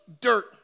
dirt